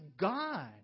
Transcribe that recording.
God